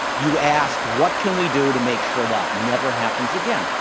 you ask, what can we do to make sure that never happens again?